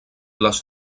les